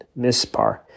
Mispar